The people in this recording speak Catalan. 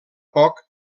poc